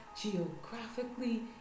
geographically